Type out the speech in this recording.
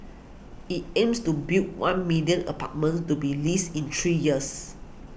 it aims to build one million apartments to be leased in three years